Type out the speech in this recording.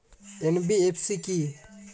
NBFC কী?